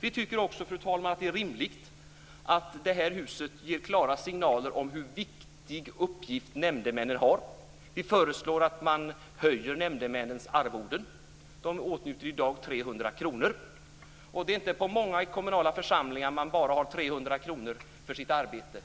Vi tycker också, fru talman, att det är rimligt att riksdagen ger klara signaler om hur viktig nämndemännens uppgift är. Vi föreslår att man höjder deras arvoden. Nämndemännen åtnjuter i dag 300 kronor. Det är inte många kommunala församlingar där man bara får 300 kronor för sitt arbete.